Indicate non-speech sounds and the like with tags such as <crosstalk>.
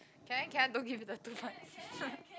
can I can I don't give you the two points <laughs>